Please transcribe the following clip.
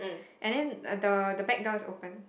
and then the the back door is open